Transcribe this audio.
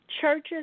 churches